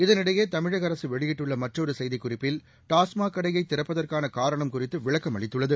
இதனிடையே தமிழக அரசு வெளியிட்டுள்ள மற்றொரு செய்திக்குறிப்பில் டாஸ்மாக் கடையை திறப்பதற்கான காரணம் குறித்து விளக்கம் அளித்துள்ளது